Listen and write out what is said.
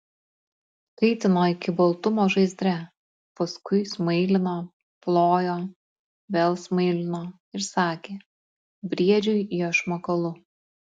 kaitino iki baltumo žaizdre paskui smailino plojo vėl smailino ir sakė briedžiui iešmą kalu